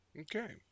okay